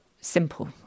simple